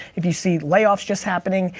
if you see layoffs just happening,